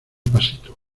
pasito